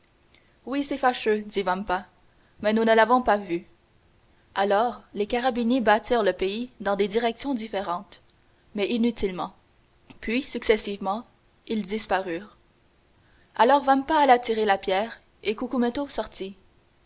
oui c'est fâcheux dit vampa mais nous ne l'avons pas vu alors les carabiniers battirent le pays dans des directions différentes mais inutilement puis successivement ils disparurent alors vampa alla tirer la pierre et cucumetto sortit